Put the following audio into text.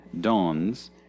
dawns